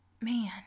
man